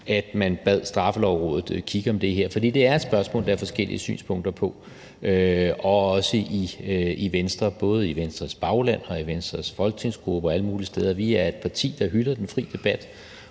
at man bad Straffelovrådet kigge på det her. For det er et spørgsmål, der er forskellige synspunkter på, også i Venstre. Det er både i Venstres bagland og i Venstres folketingsgruppe og alle mulige steder. Vi er et parti, der hylder den fri debat,